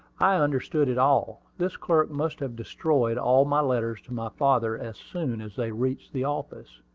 i understood it all. this clerk must have destroyed all my letters to my father as soon as they reached the office,